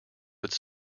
would